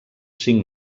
cinc